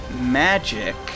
magic